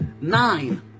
Nine